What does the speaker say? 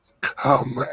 come